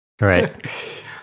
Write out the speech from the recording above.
right